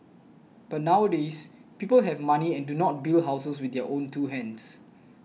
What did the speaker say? but nowadays people have money and do not build houses with their own two hands